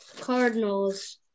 Cardinals